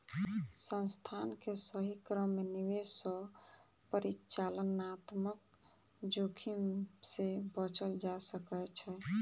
संस्थान के सही क्रम में निवेश सॅ परिचालनात्मक जोखिम से बचल जा सकै छै